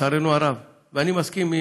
לצערנו הרב, ואני מסכים.